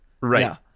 Right